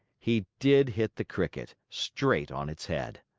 he did hit the cricket, straight on its head.